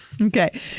Okay